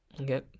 Okay